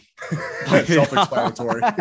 Self-explanatory